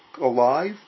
alive